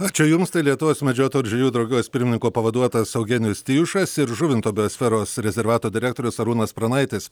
ačiū jums tai lietuvos medžiotojų ir žvejų draugijos pirmininko pavaduotojas eugenijus tijušas ir žuvinto biosferos rezervato direktorius arūnas pranaitis